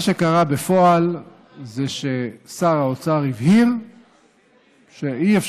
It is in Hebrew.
מה שקרה בפועל זה ששר האוצר הבהיר שאי-אפשר